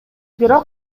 бирок